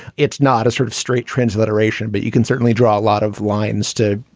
it's not a sort of straight transliteration, but you can certainly draw a lot of lines to,